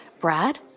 Brad